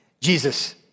Jesus